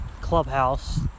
...clubhouse